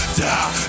die